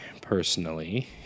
personally